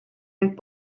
end